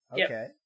Okay